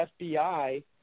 FBI